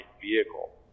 vehicle